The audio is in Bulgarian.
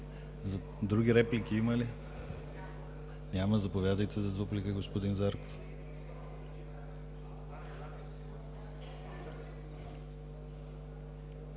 Други реплики има ли? Няма. Заповядайте за дуплика, господин Зарков.